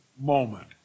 moment